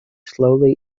slowly